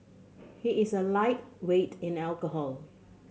he is a lightweight in alcohol